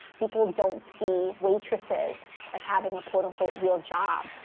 people don't see waitresses as having a, quote-unquote, real job.